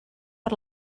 per